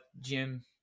Jim